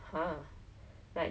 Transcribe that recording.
不敢做你懂吗